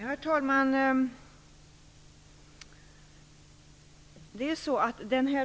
Herr talman!